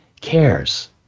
cares